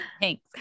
Thanks